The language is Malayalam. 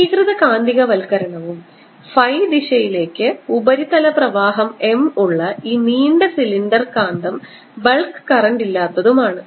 ഏകീകൃത കാന്തികവൽക്കരണവും ഫൈ ദിശയിലേക്ക് ഉപരിതല പ്രവാഹo M ഉള്ള ഈ നീണ്ട സിലിണ്ടർ കാന്തം ബൾക്ക് കറന്റില്ലാത്തതുമാണ്